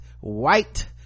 white